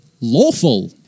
lawful